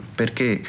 perché